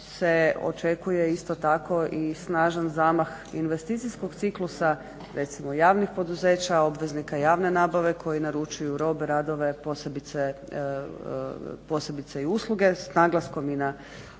se očekuje isto tako i snažan zamah investicijskog ciklusa recimo javnih poduzeća, obveznika javne nabave koji naručuju robe, radove posebice i usluge s naglaskom i na velike